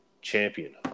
champion